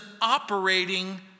operating